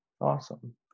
Awesome